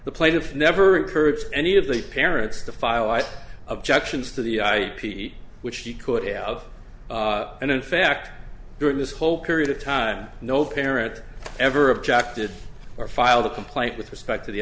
the plaintiff never encouraged any of the parents to file i objections to the ip which he could have and in fact during this whole period of time no parent ever objected or filed a complaint with respect to the